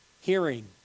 hearing